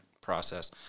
process